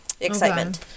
excitement